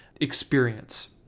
experience